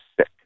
sick